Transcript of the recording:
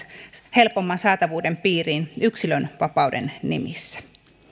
helpomman saatavuuden piiriin yksilönvapauden nimissä